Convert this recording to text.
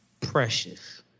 precious